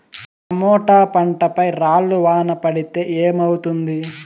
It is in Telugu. టమోటా పంట పై రాళ్లు వాన పడితే ఏమవుతుంది?